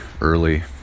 early